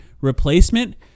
replacement